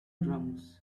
drums